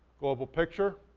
global picture,